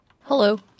Hello